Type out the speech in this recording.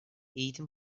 eğitim